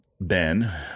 Ben